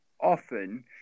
often